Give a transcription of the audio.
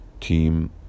team